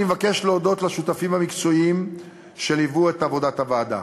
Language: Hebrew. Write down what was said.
אני מבקש להודות לשותפים המקצועיים שליוו את עבודת הוועדה: